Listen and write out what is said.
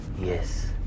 Yes